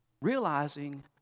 realizing